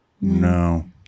No